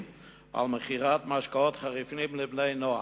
על מכירת משקאות חריפים לבני-נוער.